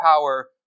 power